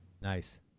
Nice